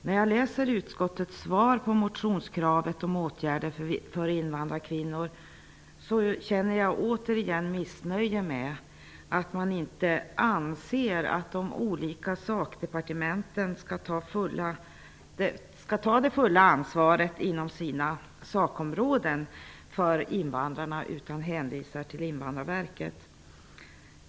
När jag läser utskottets svar på motionskraven om åtgärder för invandrarkvinnor, känner jag återigen missnöje över att man inte anser att de olika departementen inom deras sakområden skall ta det fulla ansvaret för invandrarna. I stället hänvisar man till Invandrarverket.